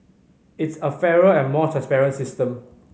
it's a fairer and more transparent system